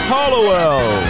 Hollowell